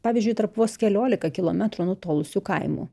pavyzdžiui tarp vos keliolika kilometrų nutolusių kaimų